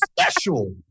special